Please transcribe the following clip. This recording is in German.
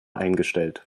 eingestellt